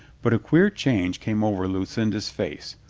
but a queer change came over lucinda's face.